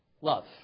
Love